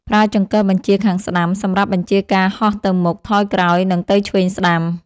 ប្រើចង្កឹះបញ្ជាខាងស្តាំសម្រាប់បញ្ជាការហោះទៅមុខ ថយក្រោយ និងទៅឆ្វេងស្ដាំ។